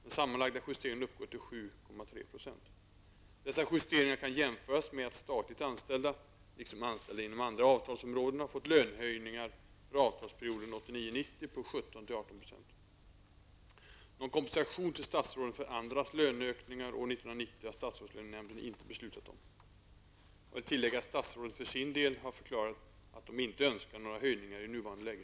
Den sammanlagda justeringen uppgår till 7,3 %. Dessa justeringar kan jämföras med att statligt anställda -- liksom anställda inom andra avtalsområden -- har fått lönehöjningar för avtalsperioden 1989--1990 på Någon kompensation till statsråden för andras löneökningar år 1990 har statsrådslönenämnden inte beslutat om. Jag vill tillägga att statsråden för sin del har förklarat att de inte önskar några höjningar i nuvarande läge.